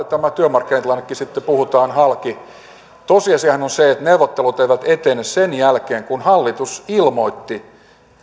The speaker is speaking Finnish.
tämä työmarkkinatilannekin sitten puhutaan halki tosiasiahan on se että neuvottelut eivät ole edenneet sen jälkeen kun hallitus ilmoitti